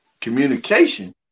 communication